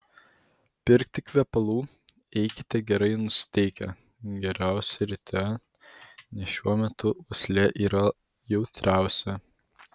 pirkti kvepalų eikite gerai nusiteikę geriausia ryte nes šiuo metu uoslė yra jautriausia